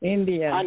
India